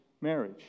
marriage